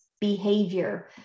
behavior